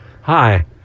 Hi